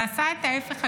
זה עשה את ההפך הגמור.